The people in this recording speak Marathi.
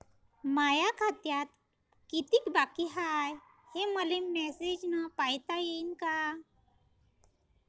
माया खात्यात कितीक बाकी हाय, हे मले मेसेजन पायता येईन का?